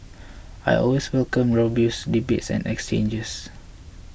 I always welcome robust debates and exchanges